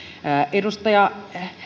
edustaja